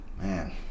Man